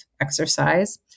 exercise